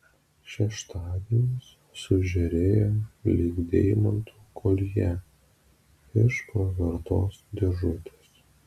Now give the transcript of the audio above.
šeštadienis sužėrėjo lyg deimantų koljė iš pravertos dėžutės